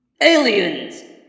Aliens